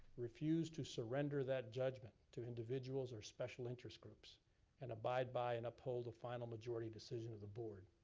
refuse to surrender that judgment to individuals or special interest groups and abide by and uphold the final majority decision of the board.